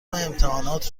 امتحانات